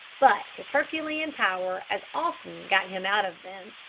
but his herculean power as often got him out of them.